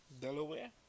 Delaware